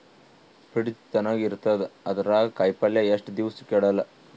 Fridge ತಣಗ ಇರತದ, ಅದರಾಗ ಕಾಯಿಪಲ್ಯ ಎಷ್ಟ ದಿವ್ಸ ಕೆಡಲ್ಲ?